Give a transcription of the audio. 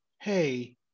Hey